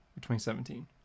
2017